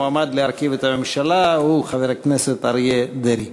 המועמד להרכיב את הממשלה הוא חבר הכנסת אריה דרעי.